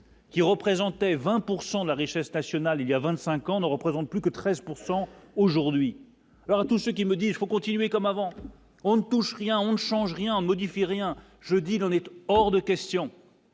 Qui représentait 20 pourcent de la richesse nationale, il y a 25 ans ne représentent plus que 13 pourcent aujourd'hui alors à tous ceux qui me dit : il faut continuer comme avant, on ne touche rien, on ne change rien, modifie rien jeudi dans en est hors de question.